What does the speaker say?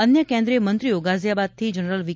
અન્ય કેન્દ્રીય મંત્રીઓ ગાઝીયાબાદથી જનરલ વી